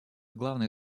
главной